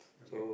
okay